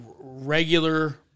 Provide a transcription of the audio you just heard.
regular